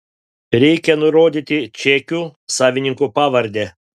reikia nurodyti čekių savininko pavardę